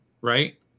right